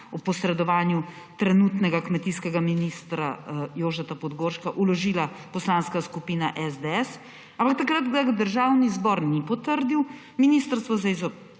ob posredovanju trenutnega kmetijskega ministra Jožeta Podgorška vložila Poslanska skupina SDS, ampak takrat ga Državni zbor ni potrdil. Ministrstvo za